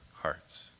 hearts